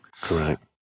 Correct